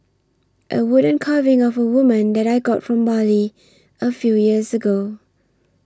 a wooden carving of a woman that I got from Bali a few years ago